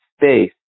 space